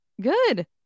Good